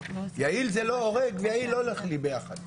יעיל ולא הורג לא הולך ביחד.